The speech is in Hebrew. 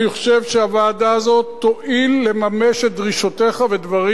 אני חושב שהוועדה הזאת תועיל לממש את דרישותיך בדברים